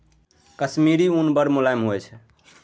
कश्मीरी उन बड़ मोलायम होइ छै